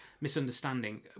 misunderstanding